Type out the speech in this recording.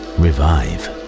revive